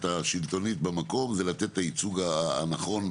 השלטונית במקום זה לתת את הייצוג הנכון.